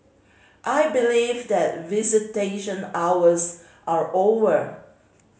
I believe that visitation hours are over